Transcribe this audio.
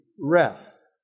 rest